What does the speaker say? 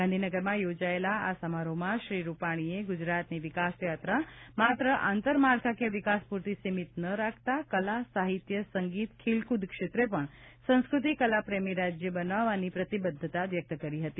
ગાંધીનગરમાં યોજાયેલા આ સમારોહમાં શ્રી રૂપાણીએ ગુજરાતની વિકાસયાત્રા માત્ર આંતર માળખાકીય વિકાસ પૂરતી સિમિત ન રાખતા કલા સાહિત્ય સંગીત ખેલકૂદ ક્ષેત્રે પણ સંસ્કૃતિ કલા પ્રેમી રાજ્ય બનાવવાની પ્રતિબધ્ધતા વ્યક્ત કરી હતી